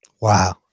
Wow